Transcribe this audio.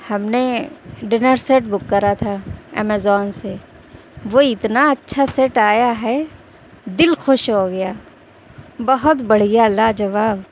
ہم نے dinner set book کرا تھا امیزون سے وہ اتنا اچھا سیٹ آیا ہے دل خوش ہو گیا بہت بڑھیا لاجواب